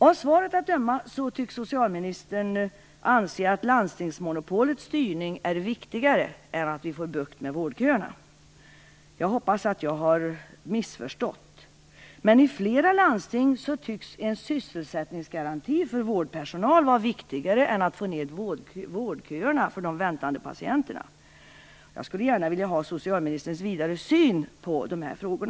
Av svaret att döma tycks socialministern anse att landstingsmonopolets styrning är viktigare än att få bukt med vårdköerna. Jag hoppas att jag har missförstått detta. Men i flera landsting tycks en sysselsättningsgaranti för vårdpersonal vara viktigare än att minska vårdköerna för de väntande patienterna. Jag skulle gärna vilja ha socialministerns vidare syn på dessa frågor.